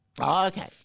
okay